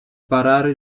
parare